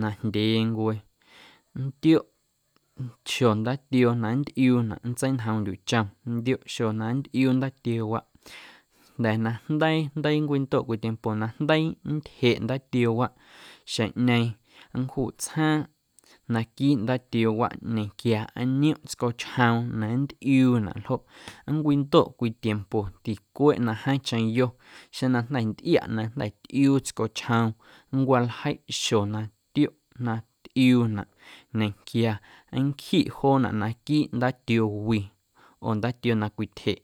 najndyeencwe nntioꞌ xjo ndaatioo na nntꞌiuunaꞌ nntseinjoomndyuꞌ chom nntioꞌ xuaa na nntꞌiuu ndaatioowaꞌ jnda̱ na jndeii jndeii nncwandoꞌ cwii tiempo na jndeii ntyjeꞌ ndaatioowaꞌ xeⁿꞌñeeⁿ nncjuꞌ tsjaaⁿꞌ naquiiꞌ ndaatioowaꞌ ñenquia nntiomꞌ tscochjoom na nntꞌiuunaꞌ ljoꞌ nncwindoꞌ cwii tiempo ticweeꞌ na jeeⁿcheⁿ yo xeⁿ na jnda̱ ntꞌiaꞌ na jnda̱ tꞌiuu tscochjoom nncwaljeiꞌ xo na tioꞌ na tꞌiuunaꞌ nda̱nquia nncjiꞌ joonaꞌ naquiiꞌ ndaatioo wi oo ndaatioo na cwityjeꞌ